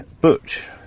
Butch